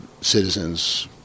citizens